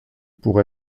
pour